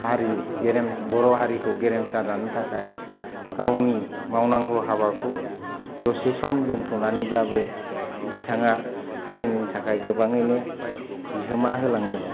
हारि बर' हारिखौ गेरेमसा दानो थाखाय गावनि मावनांगौ हाबाखौ दसे सम दोन्थ'नानैब्लाबो बिथाङा हारिनि थाखाय गोबाङैनो बिहोमा होलांदों